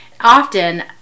Often